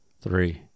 Three